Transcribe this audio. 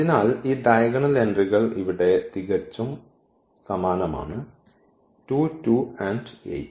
അതിനാൽ ഈ ഡയഗണൽ എൻട്രികൾ ഇവിടെ തികച്ചും സമാനമാണ് 2 2 8